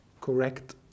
correct